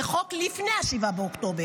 זה חוק מלפני 7 באוקטובר.